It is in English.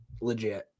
legit